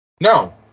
No